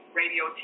radio